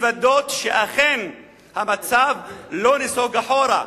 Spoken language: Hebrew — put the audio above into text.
לוודא שאכן המצב לא נסוג אחורה,